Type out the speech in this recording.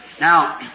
Now